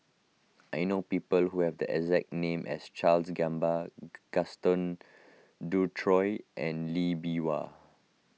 I know people who have the exact name as Charles Gamba Gaston Dutronquoy and Lee Bee Wah